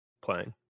playing